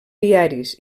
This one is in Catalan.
diaris